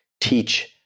teach